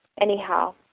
anyhow